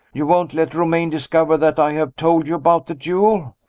you won't let romayne discover that i have told you about the duel?